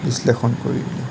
বিশ্লেষণ কৰি